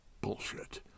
Bullshit